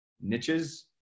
niches